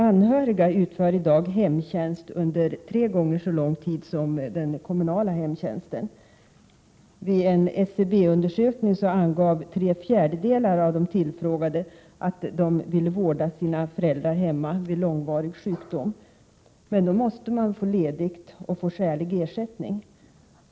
Anhöriga utför i dag ”hemtjänst” under tre gånger så lång tid som den kommunala hemtjänsten. I en SCB-undersökning angav tre fjärdedelar av de tillfrågade att de ville vårda sina föräldrar hemma vid långvarig sjukdom. Men då måste man få ledigt och få skälig ersättning.